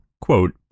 Quote